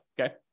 okay